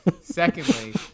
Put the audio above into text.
Secondly